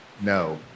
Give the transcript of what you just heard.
no